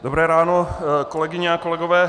Dobré ráno, kolegyně a kolegové.